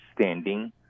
standing